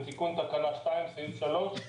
זה תיקון תקנה 2 סעיף 3,